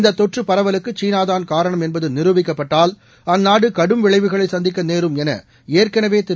இந்ததொற்றுபரவலுக்குசீனாதான்காரணம்என்பதுநிரூபிக்கப்பட்டால்அந்நா டுகடும்விளைவுகளைச்சந்திக்கநேரும்எனஏற்கனவேதிரு